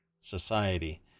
society